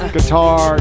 Guitar